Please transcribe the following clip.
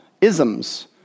isms